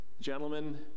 gentlemen